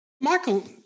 Michael